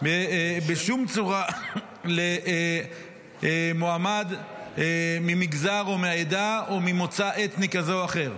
בשום צורה למועמד ממגזר או מעדה או ממוצא אתני כזה או אחר,